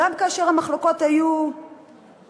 גם כאשר המחלוקות היו מהותיות,